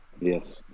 Yes